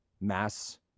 mass